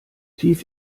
tief